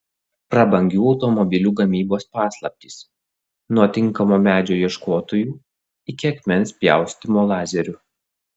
prabangių automobilių gamybos paslaptys nuo tinkamo medžio ieškotojų iki akmens pjaustymo lazeriu